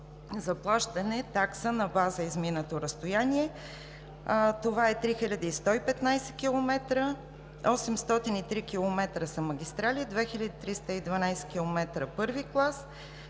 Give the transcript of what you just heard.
заплащане такса на база изминато разстояние. Това са 3115 км – 803 км са магистрали; 2312 км – първи клас,